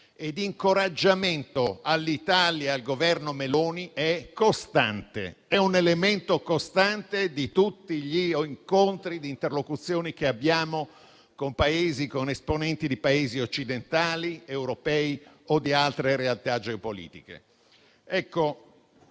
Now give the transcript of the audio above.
e incoraggiamento all'Italia e al Governo Meloni che è costante. È un elemento costante di tutti gli incontri e le interlocuzioni che abbiamo con esponenti di Paesi occidentali, europei o di altre realtà geopolitiche. Dicevo